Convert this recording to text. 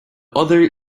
other